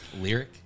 lyric